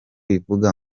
ivuga